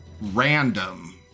random